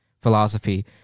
philosophy